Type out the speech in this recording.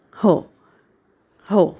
हो हो